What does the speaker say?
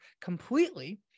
completely